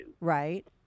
Right